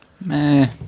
Meh